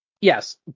yes